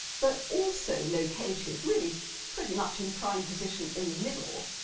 but also located, really pretty much in prime position in the middle,